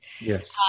Yes